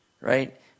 right